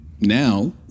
now